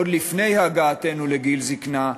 עוד לפני הגעתנו לגיל זיקנה,